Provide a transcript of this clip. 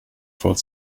fort